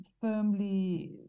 firmly